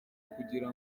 kugira